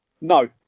No